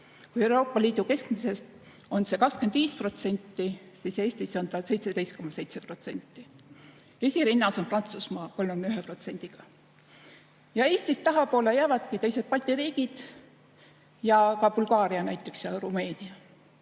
Kui Euroopa Liidu keskmisest on see 25%, siis Eestis on see 17,7%. Esirinnas on Prantsusmaa 31%-ga. Eestist tahapoole jäävadki teised Balti riigid, aga ka näiteks Bulgaaria ja Rumeenia.